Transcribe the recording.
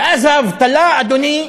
ואז האבטלה, אדוני,